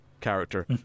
character